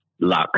Luck